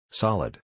Solid